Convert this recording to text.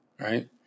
right